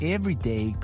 Everyday